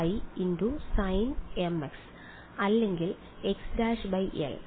sinmπ അല്ലെങ്കിൽ വിദ്യാർത്ഥി x′